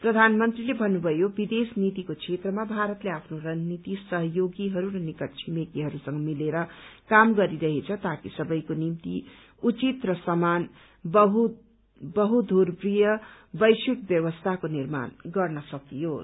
प्रधानमन्त्रीले भन्नुभयो विदेश नीतिको क्षेत्रमा भारतले आफ्नो रणनीतिक सहयोगीहरू र निकट छिमेकीहरूसँग मिलेर काम गरिरहेछ ताकि सबैको निम्ति उचित र समान वहुधुव्रीय वैश्विक व्यवस्थाको निर्माण गर्न सकियोस्